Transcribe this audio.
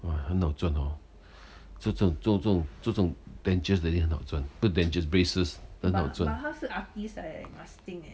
!wah! 很好赚 hor z~ z~ 做做这种 dentures 的一定很好赚不是 dentures braces 一定很好赚